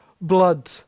blood